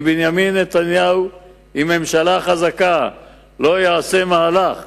אם בנימין נתניהו עם ממשלה חזקה לא יעשה מהלך